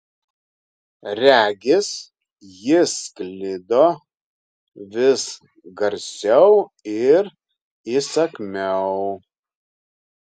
regis jis sklido vis garsiau ir įsakmiau